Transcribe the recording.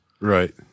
Right